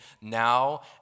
now